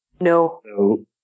No